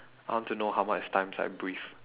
I want to know how how much times I breathe